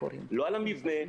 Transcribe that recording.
לא על המבנה,